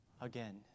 again